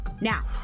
Now